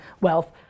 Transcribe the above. wealth